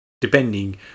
depending